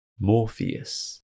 Morpheus